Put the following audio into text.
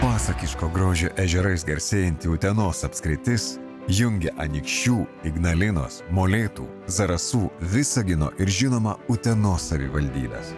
pasakiško grožio ežerais garsėjanti utenos apskritis jungia anykščių ignalinos molėtų zarasų visagino ir žinoma utenos savivaldybes